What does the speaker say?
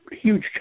huge